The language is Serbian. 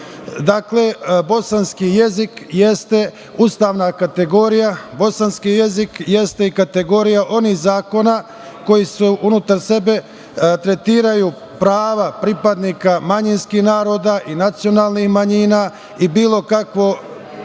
bosanski jezik jeste ustavna kategorija, bosanski jezik jeste i kategorija onih zakona koji unutar sebe tretiraju prava pripadnika manjinskih naroda i nacionalnih manjina i bilo kakvo